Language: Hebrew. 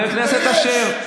חבר הכנסת אשר,